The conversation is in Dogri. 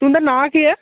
तुंदा नांऽ केह् ऐ